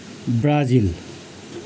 Brazil